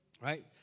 Right